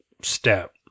step